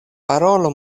parolu